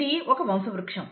ఇది ఒక వంశవృక్షం